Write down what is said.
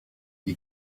die